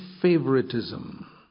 favoritism